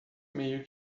meio